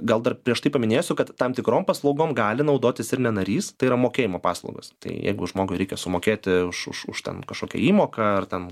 gal dar prieš tai paminėsiu kad tam tikrom paslaugom gali naudotis ir ne narys tai yra mokėjimo paslaugos tai jeigu žmogui reikia sumokėti už už ten kažkokią įmoką ar ten